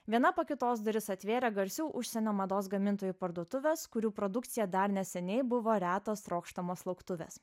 viena po kitos duris atvėrė garsių užsienio mados gamintojų parduotuvės kurių produkcija dar neseniai buvo retos trokštamos lauktuvės